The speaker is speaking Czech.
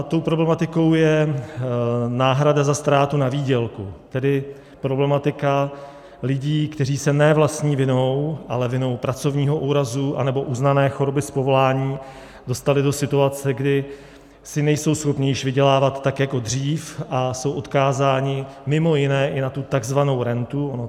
Tou problematikou je náhrada za ztrátu na výdělku, tedy problematika lidí, kteří se ne vlastní vinou, ale vinou pracovního úrazu anebo uznané choroby z povolání dostali do situace, kdy si nejsou schopni již vydělávat tak jako dřív a jsou odkázáni mimo jiné i na tu takzvanou rentu.